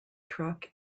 truck